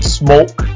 smoke